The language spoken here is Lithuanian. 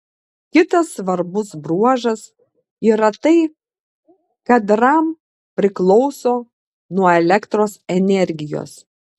kitas svarbus bruožas yra tai kad ram priklauso nuo elektros energijos